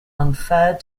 unfair